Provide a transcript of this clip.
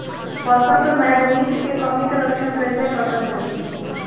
फसल पर मैगनीज के कमी के लक्षण कइसे पता चली?